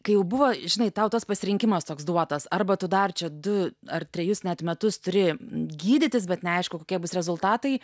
kai jau buvo žinai tau tas pasirinkimas toks duotas arba tu dar čia du ar trejus metus turi gydytis bet neaišku kokie bus rezultatai